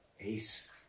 Ace